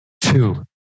two